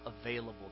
available